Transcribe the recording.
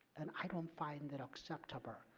and i don't find that acceptable.